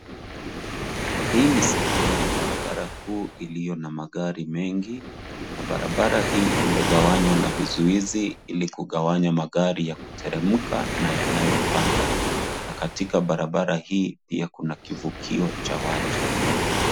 Hii ni sehemu ya barabara kuu iliyo na magari mengi, na barabara hii imegawanywa na vizuizi ili kugawanya magari ya kuteremka na yanayopanda. Na katika barabara hii pia kuna kivukio cha watu.